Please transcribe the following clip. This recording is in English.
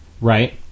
Right